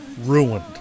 ruined